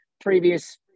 previous